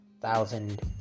thousand